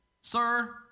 Sir